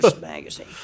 Magazine